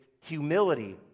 humility